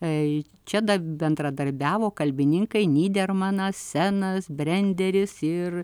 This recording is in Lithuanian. kai čia dar bendradarbiavo kalbininkai nydermanas senas brenderis ir